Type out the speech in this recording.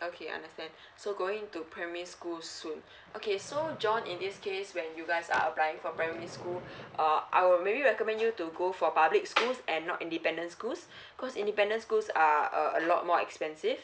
okay understand so going to primary school soon okay so john in this case when you guys are applying for primary school uh I will maybe recommend you to go for public schools and not independence schools because independent schools are a lot more expensive